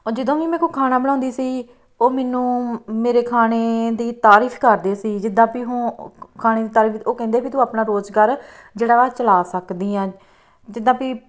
ਜਦੋਂ ਵੀ ਮੈਂ ਕੋਈ ਖਾਣਾ ਬਣਾਉਂਦੀ ਸੀ ਉਹ ਮੈਨੂੰ ਮੇਰੇ ਖਾਣੇ ਦੀ ਤਾਰੀਫ ਕਰਦੇ ਸੀ ਜਿੱਦਾਂ ਵੀ ਹੋ ਖਾਣੇ ਦੀ ਤਰੀਫ ਉਹ ਕਹਿੰਦੇ ਵੀ ਤੂੰ ਆਪਣਾ ਰੁਜ਼ਗਾਰ ਜਿਹੜਾ ਵਾ ਚਲਾ ਸਕਦੀ ਹਾਂ ਜਿੱਦਾਂ ਵੀ